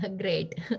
great